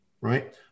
right